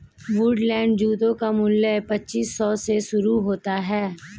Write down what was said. Woodland जूतों का मूल्य पच्चीस सौ से शुरू होता है